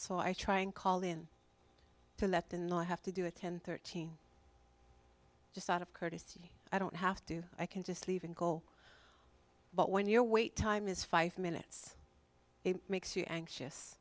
so i try and call in to let in the i have to do a ten thirteen just out of courtesy i don't have to i can just leave and go but when your weight time is five minutes it makes you anxious